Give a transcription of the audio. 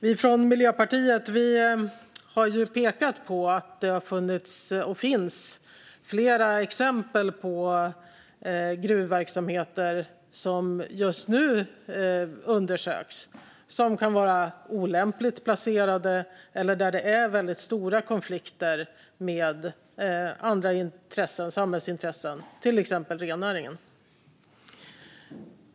Vi från Miljöpartiet har pekat på att det har funnits och finns flera exempel på gruvverksamheter som just nu undersöks. De kan vara olämpligt placerade, eller det kan vara väldigt stora konflikter med andra samhällsintressen, till exempel rennäringen.